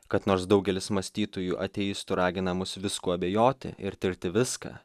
kad nors daugelis mąstytojų ateistų ragina mus viskuo abejoti ir tirti viską